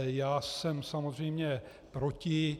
Já jsem samozřejmě proti.